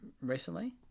recently